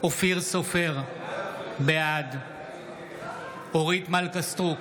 אופיר סופר, בעד אורית מלכה סטרוק,